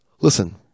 Listen